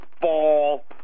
fall